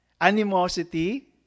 animosity